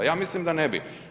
Ja mislim da ne bi.